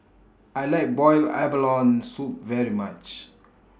I like boiled abalone Soup very much